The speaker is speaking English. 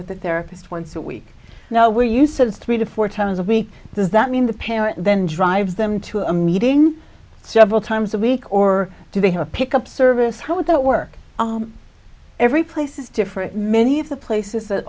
with a therapist once a week now where you said three to four times a week does that mean the parent then drives them to a meeting several times a week or do they pick up service how would that work every place is different many of the places that